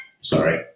Sorry